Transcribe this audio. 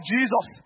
Jesus